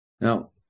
Now